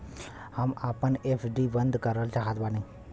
हम आपन एफ.डी बंद करल चाहत बानी